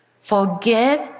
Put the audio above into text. Forgive